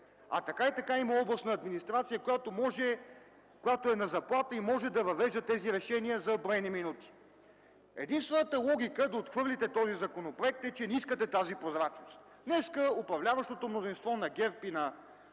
Така и така има областна администрация, която е на заплата и може да въвежда тези решения за броени минути. Единствената логика да отхвърлите този законопроект е, че не искате тази прозрачност. Днес управляващото мнозинство на ГЕРБ и на